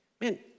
man